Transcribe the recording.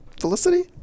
Felicity